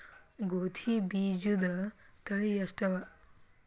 ಗೋಧಿ ಬೀಜುದ ತಳಿ ಎಷ್ಟವ?